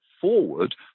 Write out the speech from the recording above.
forward